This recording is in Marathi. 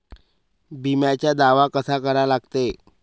बिम्याचा दावा कसा करा लागते?